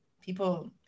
People